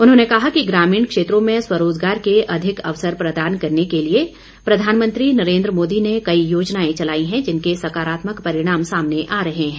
उन्होंने कहा कि ग्रामीण क्षेत्रों में स्वरोजगार के अधिक अवसर प्रदान करने के लिए प्रधानमंत्री नरेंद्र मोदी ने कई योजनाएं चलाई हैं जिनके साकारात्मक परिणाम सामने आ रहे हैं